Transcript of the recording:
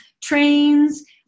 trains